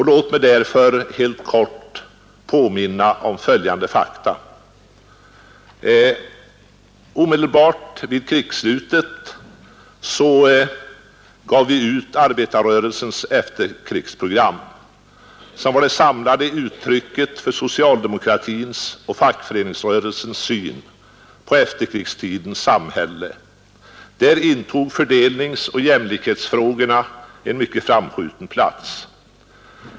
Låt mig därför helt kort påminna om följande fakta. Omedelbart efter krigsslutet gav vi ut ”Arbetarrörelsens efterkrigsprogram”, som var det samlade uttrycket för socialdemokratins och fackföreningsrörelsens syn på efterkrigstidens samhälle. Där intog fördelningsoch jämlikhetsfrågorna en mycket framskjuten plats.